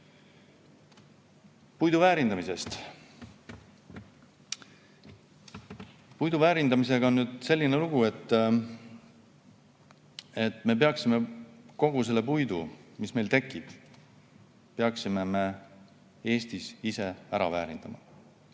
ise. Puidu väärindamisest. Puidu väärindamisega on selline lugu, et me peaksime kogu selle puidu, mis meil tekib, Eestis ise ära väärindama.